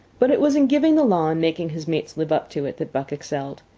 but it was in giving the law and making his mates live up to it, that buck excelled.